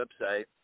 website